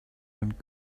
went